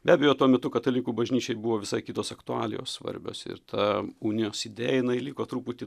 be abejo tuo metu katalikų bažnyčiai buvo visai kitos aktualijos svarbios ir ta unijos idėja jinai liko truputį